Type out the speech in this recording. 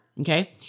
okay